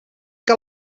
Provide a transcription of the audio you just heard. que